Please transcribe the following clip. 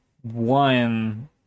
one